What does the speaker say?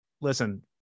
listen